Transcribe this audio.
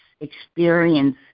experience